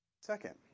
Second